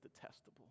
detestable